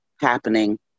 happening